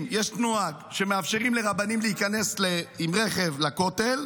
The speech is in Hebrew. אם יש נוהל שמאפשרים לרבנים להיכנס עם רכב לכותל,